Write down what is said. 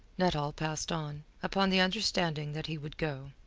nuttall passed on, upon the understanding that he would go.